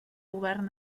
govern